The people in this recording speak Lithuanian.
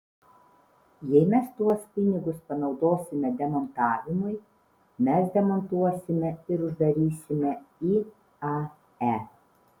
jei mes tuos pinigus panaudosime demontavimui mes demontuosime ir uždarysime iae